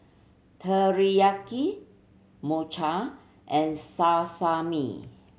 Teriyaki Mochi and Sasami